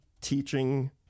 teaching